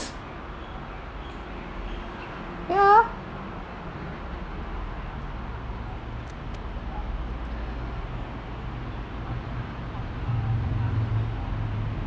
ya ah